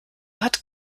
hat